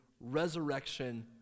Resurrection